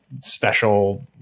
special